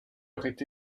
aurait